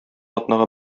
атнага